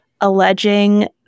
alleging